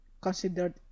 considered